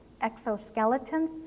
exoskeleton